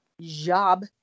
job